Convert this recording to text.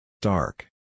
Dark